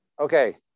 Okay